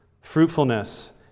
fruitfulness